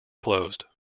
closed